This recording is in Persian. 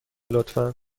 لطفا